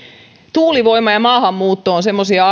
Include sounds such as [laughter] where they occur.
tuulivoima ja maahanmuutto ovat semmoisia [unintelligible]